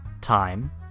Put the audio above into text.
time